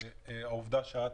ושמח על העובדה שאת,